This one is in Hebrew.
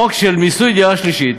חוק של מיסוי דירה שלישית,